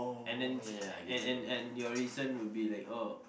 and then and and and your reason would be like oh